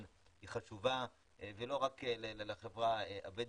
- היא חשובה ולא רק לחברה הבדואית,